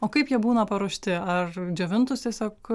o kaip jie būna paruošti ar džiovintus tiesiog